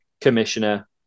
commissioner